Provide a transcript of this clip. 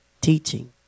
teaching